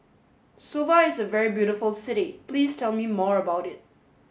Suva is a very beautiful city please tell me more about it